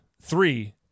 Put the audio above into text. three